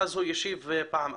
ואז הוא ישיב פעם אחת.